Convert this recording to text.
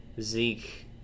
zeke